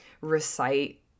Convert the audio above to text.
recite